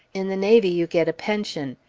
in the navy you get a pension.